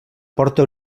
porta